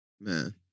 man